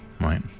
right